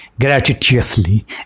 gratuitously